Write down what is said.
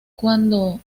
cuando